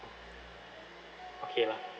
okay lah